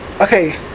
okay